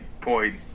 point